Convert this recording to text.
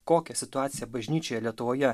kokia situacija bažnyčioje lietuvoje